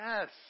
Yes